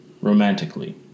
romantically